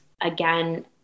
again